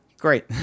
Great